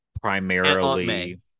primarily